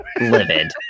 livid